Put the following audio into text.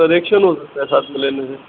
ری ایکیشن ہو سکتا ہے ساتھ میں لینے سے